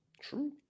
True